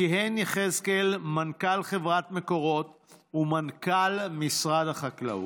כיהן יחזקאל כמנכ"ל חברת מקורות ומנכ"ל משרד החקלאות.